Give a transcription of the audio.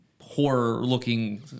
horror-looking